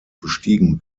bestiegen